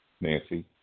Nancy